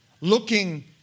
looking